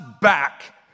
back